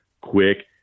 quick –